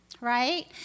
Right